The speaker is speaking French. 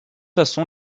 façons